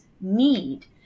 need